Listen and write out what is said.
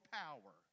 power